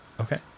Okay